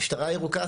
משטרה ירוקה,